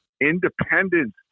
Independence